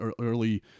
early